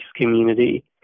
community